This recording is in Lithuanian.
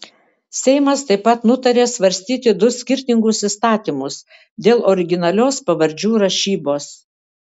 seimas taip pat nutarė svarstyti du skirtingus įstatymus dėl originalios pavardžių rašybos